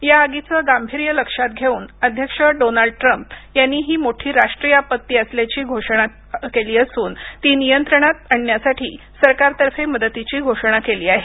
या आगीचं गांभीर्य लक्षात घेऊन अध्यक्ष डोनाल्ड ट्रम्प यांनी ही मोठी राष्ट्रीय आपत्ती असल्याची घोषणा केली असून ती नियंत्रणात आणण्यासाठी सरकारतर्फे मदतीची घोषणा केली आहे